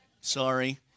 Sorry